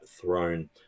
throne